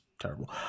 terrible